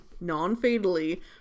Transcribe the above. non-fatally